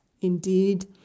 indeed